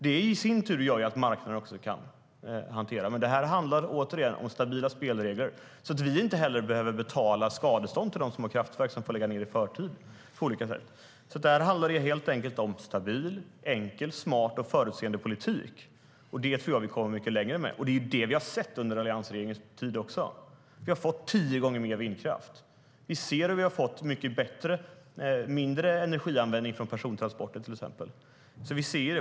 Detta i sin tur gör också att marknaden kan hantera det. Återigen handlar det om stabila spelregler, så att vi inte behöver betala skadestånd till dem som har kraftverk och får lägga ned i förtid. Det handlar om stabil, enkel, smart och förutseende politik. Det tror jag att vi kommer mycket längre med. Det har vi också sett under alliansregeringens tid. Vi har fått tio gånger mer vindkraft. Vi ser att vi har fått mycket mindre energianvändning för persontransporter, till exempel.